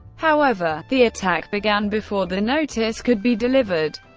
however, the attack began before the notice could be delivered.